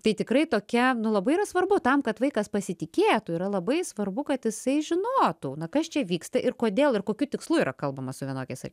tai tikrai tokia nu labai yra svarbu tam kad vaikas pasitikėtų yra labai svarbu kad jisai žinotų kas čia vyksta ir kodėl ir kokiu tikslu yra kalbama su vienokiais ar